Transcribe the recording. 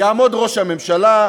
יעמוד ראש הממשלה,